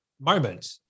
moment